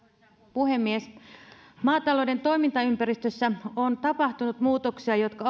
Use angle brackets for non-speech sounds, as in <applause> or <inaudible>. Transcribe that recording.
puhemies maatalouden toimintaympäristössä on tapahtunut muutoksia jotka <unintelligible>